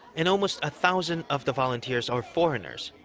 and almost a thousand of the volunteers are foreigners.